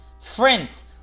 Friends